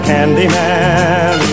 Candyman